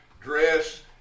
dress